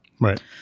right